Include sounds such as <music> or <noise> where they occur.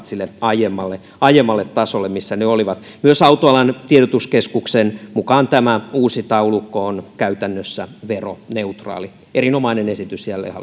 <unintelligible> sille aiemmalle aiemmalle tasolle missä ne olivat myös autoalan tiedotuskeskuksen mukaan tämä uusi taulukko on käytännössä veroneutraali erinomainen esitys jälleen <unintelligible>